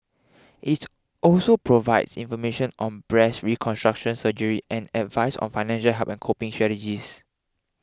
it's also provides information on breast reconstruction surgery and advice on financial help and coping strategies